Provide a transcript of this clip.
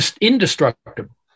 indestructible